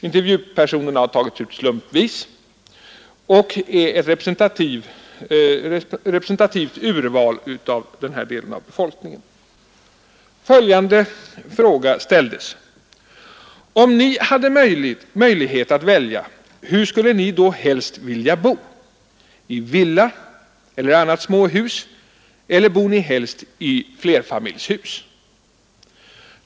Intervjupersonerna har tagits ut slumpmässigt och är ett representativt urval av denna del av befolkningen. Följande fråga ställdes: Om ni hade möjlighet att välja, hur skulle ni då helst vilja bo, i villa eller annat småhus, eller bor ni helst i flerfamiljshus?